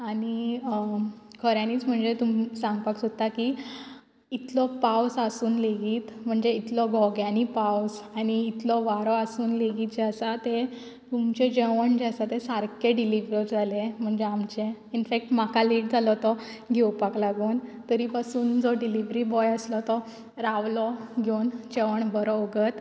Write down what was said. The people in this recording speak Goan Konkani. आनी खऱ्यांनीच म्हणचें तुमक सांगपाक सोदता की इतलो पावस आसून लेगीत म्हणचे इतलो घोग्यांनी पावस आनी इतलो वारो आसून लेगीत जें आसा तें तुमचें जेवण जें आसा तें सारकें डिलिव्हर जालें म्हणचें आमचें इन्फेक्ट म्हाका लेट जालो तो घेवपाक लागून तरी पासून जो डिलिव्हरी बॉय आसलो तो रावलो घेवून जेवण बरो उगत